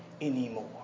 anymore